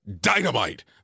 Dynamite